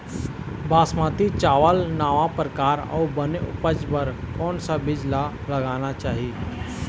बासमती चावल नावा परकार अऊ बने उपज बर कोन सा बीज ला लगाना चाही?